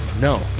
No